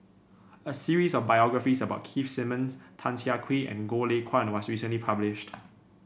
a series of biographies about Keith Simmons Tan Siah Kwee and Goh Lay Kuan was recently published